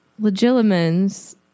Legilimens